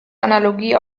analogie